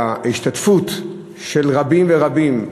ההשתתפות של רבים רבים,